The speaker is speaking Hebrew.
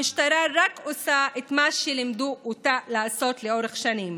המשטרה רק עושה את מה שלימדו אותה לעשות לאורך שנים,